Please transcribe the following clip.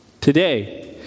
today